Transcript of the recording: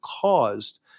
caused